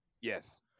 Yes